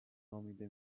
نامیده